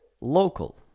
local